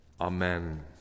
amen